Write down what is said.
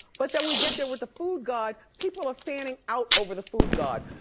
but then we get there with the foodgod. people are fanning out over the foodgod.